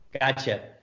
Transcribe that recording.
Gotcha